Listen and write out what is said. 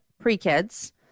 pre-kids